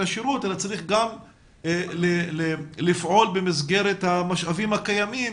השירות אלא צריך גם לפעול במסגרת המשאבים הקיימים